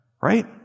Right